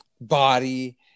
body